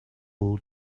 all